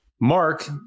Mark